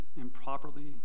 improperly